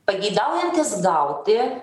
pageidaujantys gauti